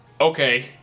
okay